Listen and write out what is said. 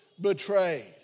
betrayed